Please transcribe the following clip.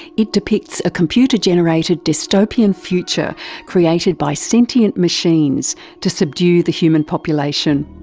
it depicts a computer generated dystopian future created by sentient machines to subdue the human population.